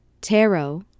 Tarot